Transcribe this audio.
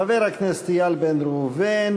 חבר הכנסת איל בן ראובן.